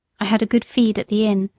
i had a good feed at the inn,